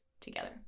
together